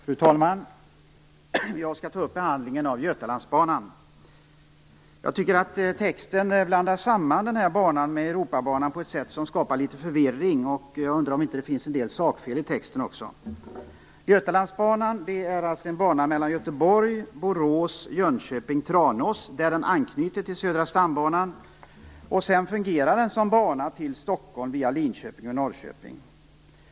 Fru talman! Jag skall ta upp behandlingen av Götalandsbanan. Jag tycker att man i betänkandetexten blandar samman den här banan med Europabanan på ett sätt som skapar förvirring. Jag undrar också om det inte finns en del sakfel i texten. Tranås, via Borås och Jönköping. I Tranås anknyter den till Södra stambanan. Sedan fungerar den som bana till Stockholm, via Linköping och Norrköping.